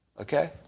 Okay